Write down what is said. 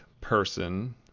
person